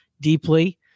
deeply